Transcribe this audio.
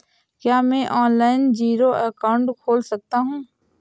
क्या मैं online zero account खोल सकता हूँ?